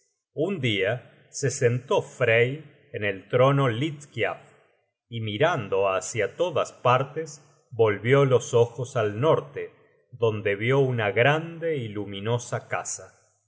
un dia se sentó frey en el trono hlidskialf y mirando hácia todas partes volvió los ojos al norte donde vió una grande y luminosa casa